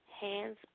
Hands